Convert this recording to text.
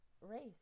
race